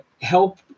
help